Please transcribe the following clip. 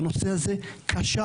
בנושא הזה כשלנו,